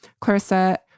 Clarissa